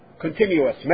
Continuous